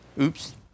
Oops